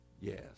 Yes